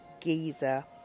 Giza